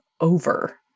over